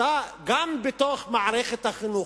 גם בתוך מערכת החינוך,